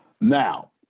Now